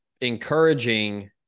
encouraging